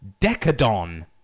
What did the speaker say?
decadon